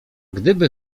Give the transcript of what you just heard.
gdyby